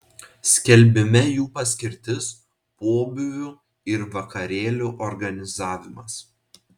skelbime jų paskirtis pobūvių ir vakarėlių organizavimas